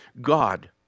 God